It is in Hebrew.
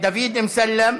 דוד אמסלם,